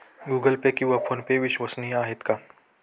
Google Pay किंवा PhonePe विश्वसनीय आहेत का?